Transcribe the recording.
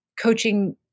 coaching